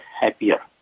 happier